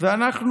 ואנחנו